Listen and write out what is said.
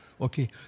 Okay